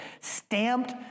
stamped